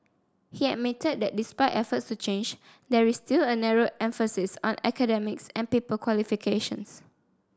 he admitted that despite efforts to change there is still a narrow emphasis on academics and paper qualifications